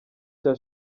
cya